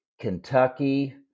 Kentucky